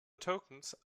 tokens